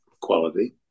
quality